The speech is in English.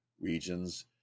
regions